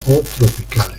tropicales